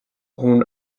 own